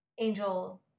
Angel